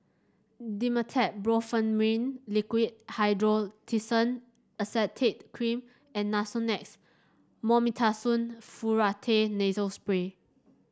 Dimetapp Brompheniramine Liquid Hydrocortisone Acetate Cream and Nasonex Mometasone Furoate Nasal Spray